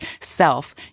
self